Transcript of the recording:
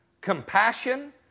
compassion